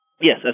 Yes